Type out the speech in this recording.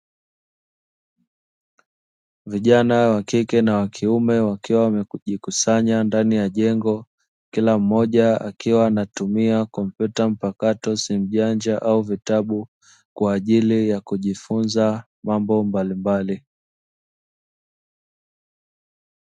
Vijana wakike na wakiume wakio me kujikusanya ndani ya jengo, kila mmoja akiwa anatumia kompyuta mpakato simjanja au vitabu kwa ajili ya kujifunza mambo mbalimbali.